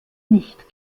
nicht